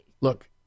Look